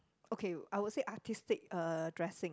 okay I would say artistic uh dressing